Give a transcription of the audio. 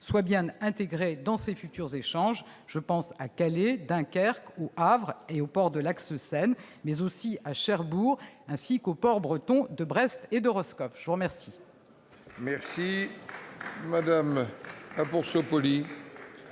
soit bien intégré dans ces futurs échanges ; je pense à Calais, à Dunkerque ou au Havre, aux ports de l'axe Seine, mais aussi à Cherbourg, ainsi qu'aux ports bretons de Brest et Roscoff. La parole